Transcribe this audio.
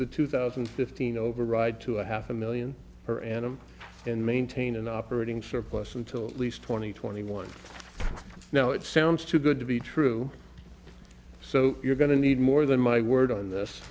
the two thousand and fifteen override to a half a million for annum and maintain an operating surplus until at least twenty twenty one now it sounds too good to be true so you're going to need more than my word on this